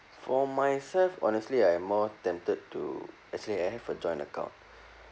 for myself honestly I am more tempted to actually I have a joint account